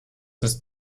ist